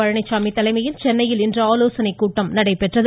பழனிச்சாமி தலைமையில் சென்னையில் இன்று ஆலோசனை கூட்டம் நடைபெற்றது